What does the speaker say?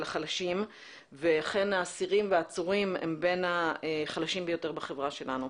לחלשים והאסירים והעצורים הם בין החלשים ביותר בחברה שלנו,